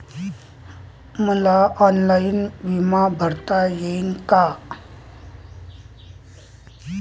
मले ऑनलाईन बिमा भरता येईन का?